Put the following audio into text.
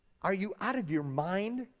are you out of your mind?